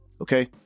Okay